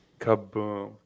kaboom